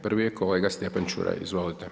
Prvi je kolega Stjepan Čuraj, izvolite.